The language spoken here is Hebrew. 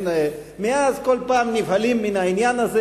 מאז, כל פעם נבהלים מהעניין הזה.